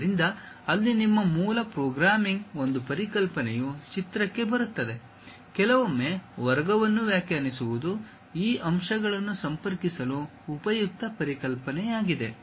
ಆದ್ದರಿಂದ ಅಲ್ಲಿ ನಿಮ್ಮ ಮೂಲ ಪ್ರೋಗ್ರಾಮಿಂಗ್ ಒಂದು ಪರಿಕಲ್ಪನೆಯು ಚಿತ್ರಕ್ಕೆ ಬರುತ್ತದೆ ಕೆಲವೊಮ್ಮೆ ವರ್ಗವನ್ನು ವ್ಯಾಖ್ಯಾನಿಸುವುದು ಈ ಅಂಶಗಳನ್ನು ಸಂಪರ್ಕಿಸಲು ಉಪಯುಕ್ತ ಪರಿಕಲ್ಪನೆಯಾಗಿದೆ